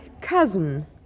cousin